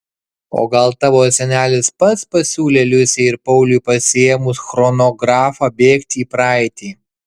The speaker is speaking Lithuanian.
o gal tavo senelis pats pasiūlė liusei ir pauliui pasiėmus chronografą bėgti į praeitį